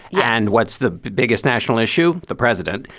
and what's the biggest national issue? the president,